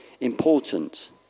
important